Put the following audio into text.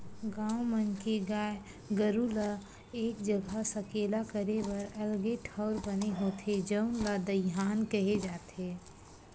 गाँव मन के गाय गरू ल एक जघा सकेला करे बर अलगे ठउर बने होथे जउन ल दईहान केहे जाथे